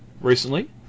recently